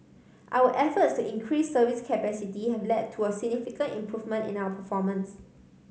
our efforts to increase service capacity have led to a significant improvement in our performance